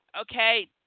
Okay